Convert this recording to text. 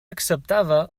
acceptava